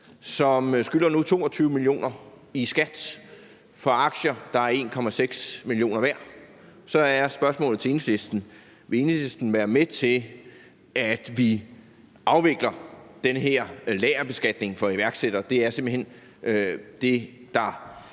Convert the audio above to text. som nu skylder 22 mio. kr. i skat for aktier, der er 1,6 mio. kr. værd, og så er spørgsmålet til Enhedslisten: Vil Enhedslisten være med til, at vi afvikler den her lagerbeskatning for iværksættere? Det er simpelt hen det, der